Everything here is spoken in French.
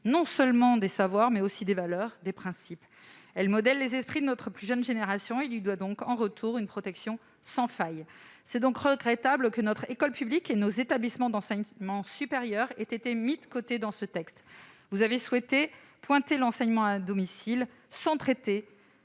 non seulement des savoirs, mais aussi des valeurs et des principes. Elle modèle les esprits de notre plus jeune génération ; en retour, on lui doit une protection sans faille. Il est regrettable que notre école publique et nos établissements d'enseignement supérieur aient été mis de côté dans ce texte. Vous avez souhaité pointer l'enseignement à domicile sans traiter